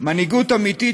מנהיגות אמיתית,